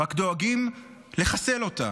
רק דואגים לחסל אותה.